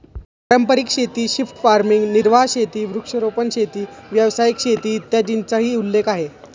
पारंपारिक शेती, shift farming, निर्वाह शेती, वृक्षारोपण शेती, व्यावसायिक शेती, इत्यादींचाही उल्लेख आहे